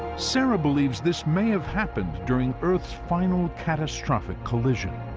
sarah believes this may have happened during earth's final catastrophic collision.